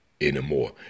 anymore